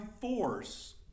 force